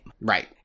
Right